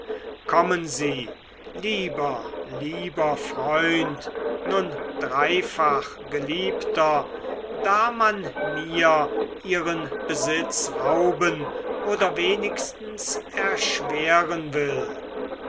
kommen sie lieber lieber freund nun dreifach geliebter da man mir ihren besitz rauben oder wenigstens erschweren will